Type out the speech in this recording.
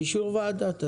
באישור ועדה.